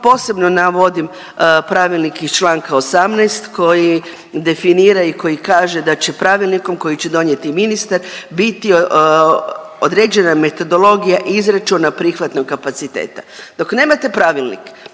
posebno navodim pravilnik iz čl. 18. koji definira i koji kaže da će pravilnikom koji će donijeti ministar biti određena metodologija izračuna prihvatnog kapaciteta. Dok nemate pravilnik